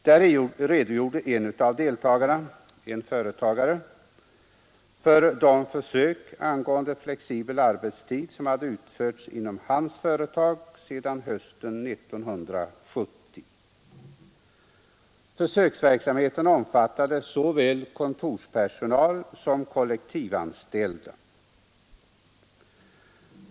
Där redogjorde en av deltagarna, en företagare, för de försök med flexibel arbetstid som hade utförts inom hans företag sedan hösten 1970. Försöksverksamheten omfattade såväl öken var kontorspersonal som kollektivanställda.